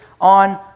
on